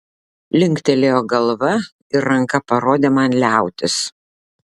linktelėjo galva ir ranka parodė man liautis